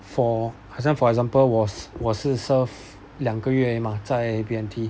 for 好像 for example 我是我是 serve 两个月而已嘛在 B_M_T